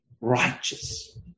righteous